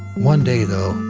one day though,